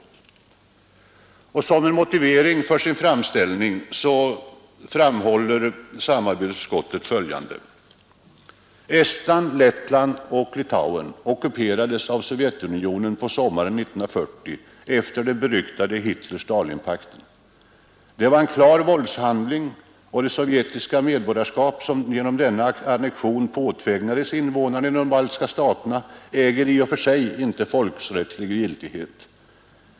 Som motivering för sin framställning vill samarbetsutskottet anföra följande: 1. Estland, Lettland och Litauen ockuperades av Sovjetunionen sommaren 1940 efter den beryktade Hitler-Stalinpakten. Detta var en klar våldshandling, och det sovjetryska medborgarskap som genom denna annektion påtvingades invånarna i de baltiska staterna äger i och för sig icke folkrättslig giltighet.